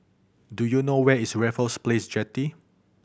do you know where is Raffles Place Jetty